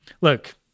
Look